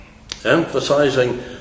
emphasizing